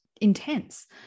intense